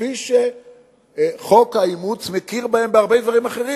כפי שחוק האימוץ מכיר בהן בהרבה דברים אחרים,